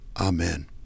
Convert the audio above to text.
Amen